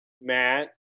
Matt